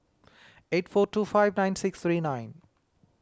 eight four two five nine six three nine